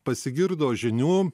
pasigirdo žinių